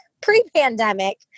pre-pandemic